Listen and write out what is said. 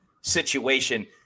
situation